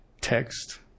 text